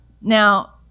Now